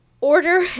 order